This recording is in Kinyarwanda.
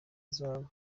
zahabu